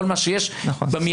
כל מה שיש במיידי.